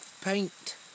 paint